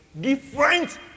different